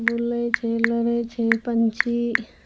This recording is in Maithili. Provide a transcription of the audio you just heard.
बुल्लै छै लड़ै छै पक्षी